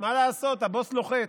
מה לעשות, הבוס לוחץ.